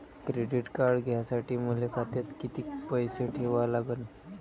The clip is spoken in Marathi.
क्रेडिट कार्ड घ्यासाठी मले खात्यात किती पैसे ठेवा लागन?